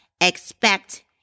expect